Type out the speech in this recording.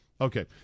Okay